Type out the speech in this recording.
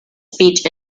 speech